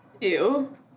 Ew